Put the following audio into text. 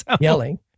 Yelling